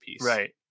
right